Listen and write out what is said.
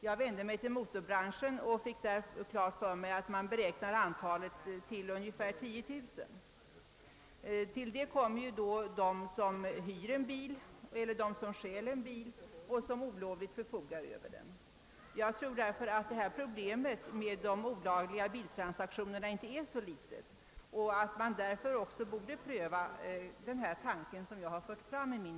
Jag vände mig till motorbranschen, där jag fick veta att antalet är ungefär 10 000. Därtill kommer olagliga försäljningar i samband med bil uthyrning och bilstölder. Jag tror därför att problemet med de olagliga biltransaktionerna inte är så litet. Därför borde man också pröva den tanke jag framfört i min interpellation.